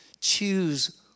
choose